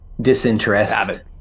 disinterest